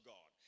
God